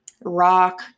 rock